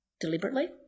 Deliberately